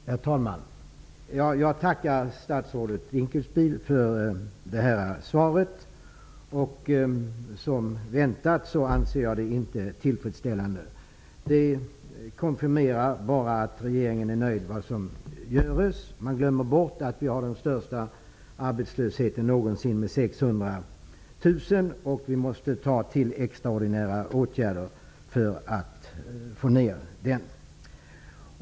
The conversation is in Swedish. Herr talman! Jag tackar statsrådet Dinkelspiel för svaret. Som väntat anser jag det inte tillfredsställande. Det konfirmerar bara att regeringen är nöjd med vad som görs. Man glömmer bort att vi har den högsta arbetslösheten någonsin, 600 000 arbetslösa. Vi måste ta till extraordinära åtgärder för att få ner den.